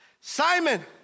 Simon